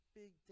big